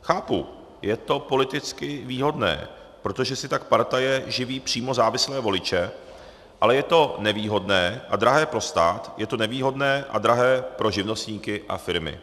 Chápu, je to politicky výhodné, protože si tak partaje živí přímo závislé voliče, ale je to nevýhodné a drahé pro stát, je to nevýhodné a drahé pro živnostníky a firmy.